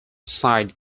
side